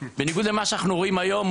בניגוד למה שאנחנו רואים היום,